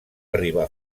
arribar